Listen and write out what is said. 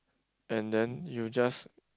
and then you just